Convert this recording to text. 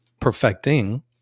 perfecting